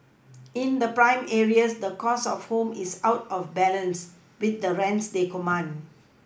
in the prime areas the cost of homes is out of balance with the rents they command